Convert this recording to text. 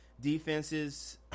defenses